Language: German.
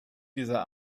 dieser